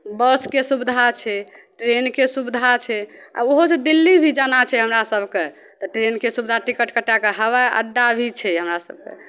बसके सुविधा छै ट्रेनके सुविधा छै आ ओहोसँ दिल्ली भी जाना छै हमरा सभकेँ तऽ ट्रेनके सुविधा टिकट कटा कऽ हवाइ अड्डा भी छै हमरा सभकेँ